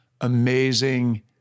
amazing